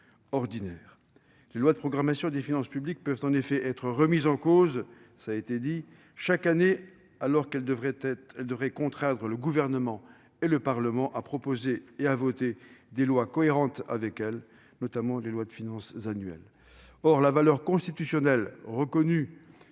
relevé -, les lois de programmation des finances publiques peuvent être remises en cause chaque année, alors qu'elles devraient contraindre le Gouvernement et le Parlement à proposer et à voter des lois cohérentes avec elles, notamment les lois de finances annuelles. Or la valeur constitutionnelle reconnue